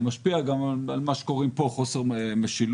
זה משפיע גם על מה שקוראים פה חוסר משילות,